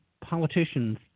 politicians